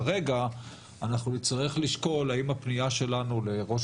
כרגע אנחנו נצטרך לשקול האם הפנייה שלנו לראש